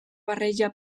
barreja